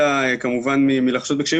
יעל אגמון, נחזור אלייך בסבב הבא.